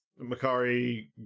Makari